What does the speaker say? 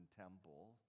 temple